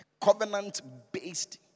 covenant-based